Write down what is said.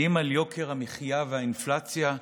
האם ביוקר המחיה ובאינפלציה?